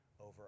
over